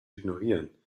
ignorieren